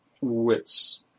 wits